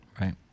right